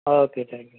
okay thank you